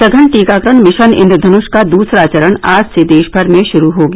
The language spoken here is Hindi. सघन टीकाकरण मिशन इन्द्रधनुष का दूसरा चरण आज से देशभर में शुरू हो गया